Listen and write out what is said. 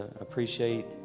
appreciate